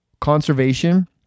conservation